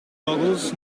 goggles